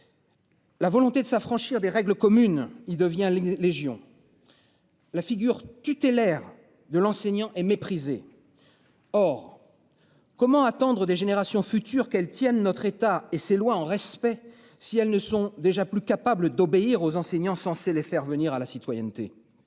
La volonté de s'affranchir des règles communes. Il devient les légions. La figure tutélaire de l'enseignant et méprisé. Or. Comment tendre des générations futures, qu'elle tienne notre État et c'est loin en respect, si elles ne sont déjà plus capable d'obéir aux enseignants censé les faire venir à la citoyenneté.